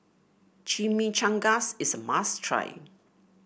chimichangas is a must try